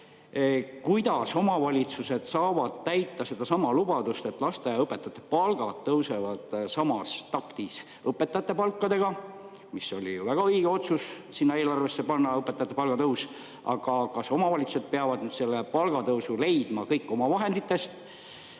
Kuidas omavalitsused saavad täita lubadust, et lasteaiaõpetajate palgad tõusevad samas taktis õpetajate palkadega? See oli ju väga õige otsus sinna eelarvesse panna õpetajate palgatõus, aga kas omavalitsused peavad nüüd selle palgatõusu leidma kõik omavahenditest?